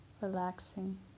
relaxing